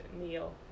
Neil